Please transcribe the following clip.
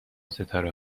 ستاره